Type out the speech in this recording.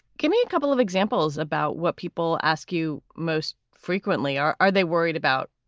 give me a couple of examples about what people ask you most frequently, or are they worried about,